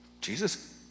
Jesus